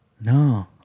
No